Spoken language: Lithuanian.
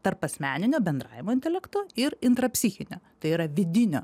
tarpasmeninio bendravimo intelekto ir intra psichinio tai yra vidinio